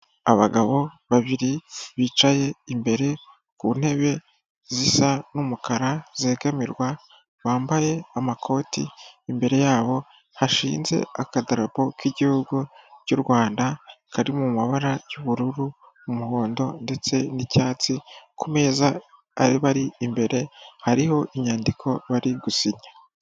Abagabo babiri bicaye imbere ku ntebe zisa umukara zegamirwa, bambaye amakoti imbere yabo hashinze akadarupo k'igihugu cy'u Rwanda kari mu mabara y'ubururu, umuhondo ndetse n'icyatsi, kumeza bari imbere hariho inyandiko bari gusinya.